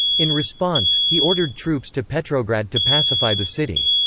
in response, he ordered troops to petrograd to pacify the city.